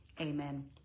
amen